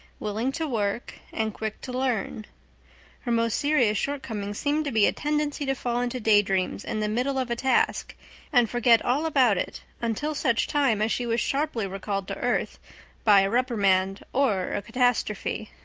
willing to work and quick to learn her most serious shortcoming seemed to be a tendency to fall into daydreams in the middle of a task and forget all about it until such time as she was sharply recalled to earth by a reprimand or a catastrophe.